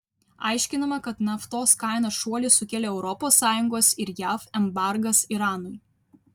aiškinama kad naftos kainos šuolį sukėlė europos sąjungos ir jav embargas iranui